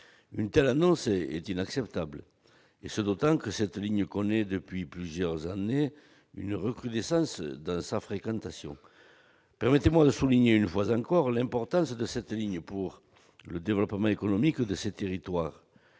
Une telle annonce est inacceptable, d'autant que cette ligne connaît depuis plusieurs années une fréquentation en hausse. Permettez-moi de souligner, une fois encore, l'importance de cette infrastructure pour le développement économique de ces territoires.